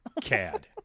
CAD